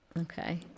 Okay